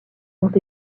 ont